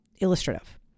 illustrative